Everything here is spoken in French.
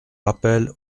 rappel